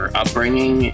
upbringing